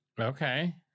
Okay